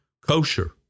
kosher